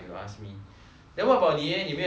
then what about 你 leh 你没有 enjoyment food meh